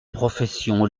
professions